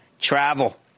travel